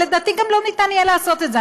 לדעתי גם לא ניתן יהיה לעשות את זה.